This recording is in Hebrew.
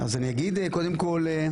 אז אני אגיד קודם כל,